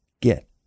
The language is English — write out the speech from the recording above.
get